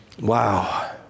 Wow